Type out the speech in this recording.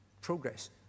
progress